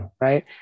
Right